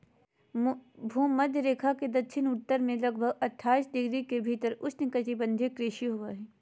भूमध्य रेखा के दक्षिण उत्तर में लगभग अट्ठाईस डिग्री के भीतर उष्णकटिबंधीय कृषि होबो हइ